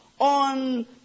on